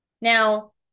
Now